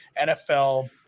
NFL